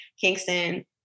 Kingston